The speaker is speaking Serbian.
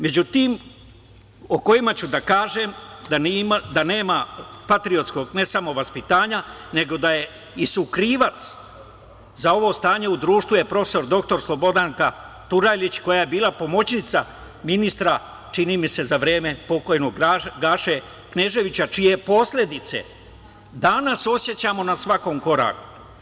Među tim o kojima ću da kažem da nema patriotskog ne samo vaspitanja, nego da su krivac za ovo stanje u društvu je prof. dr Slobodanka Turajlić, koja je bila pomoćnica, ministra, čini mi se za vreme pokojnog Gaše Kneževića, čije posledice danas osećamo na svakom koraku.